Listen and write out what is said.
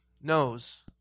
knows